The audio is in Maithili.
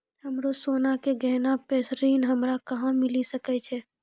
हमरो सोना के गहना पे ऋण हमरा कहां मिली सकै छै?